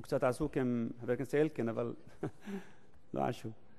הוא קצת עסוק עם חבר הכנסת אלקין, אבל לא חשוב.